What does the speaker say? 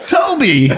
Toby